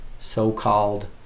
so-called